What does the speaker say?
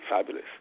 fabulous